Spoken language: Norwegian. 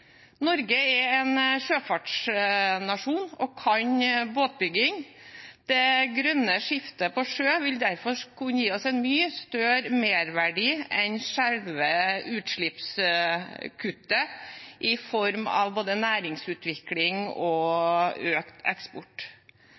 Norge er en sjøfartsnasjon og kan båtbygging. Det grønne skiftet på sjø vil derfor kunne gi oss en mye større merverdi enn selve utslippskuttet, i form av både næringsutvikling og økt eksport.